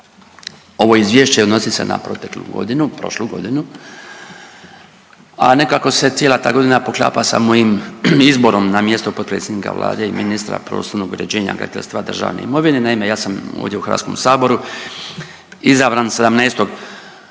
Ovo izvješće odnosi se na proteklu godinu, prošlu godinu, a nekako se cijela ta godina poklapa sa mojim izborom na mjesto potpredsjednika Vlade i ministra prostornog uređenja, graditeljstva, državne imovine. Naime ja sam ovdje u HS-u izabran 17.